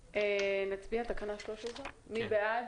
נצביע על תקנה 13. מי בעד?